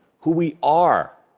who we are,